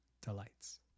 delights